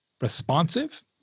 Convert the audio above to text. responsive